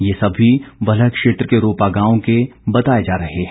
ये सभी बल्ह क्षेत्र के रोपा गांव के बताए जा रहे हैं